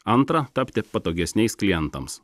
antra tapti patogesniais klientams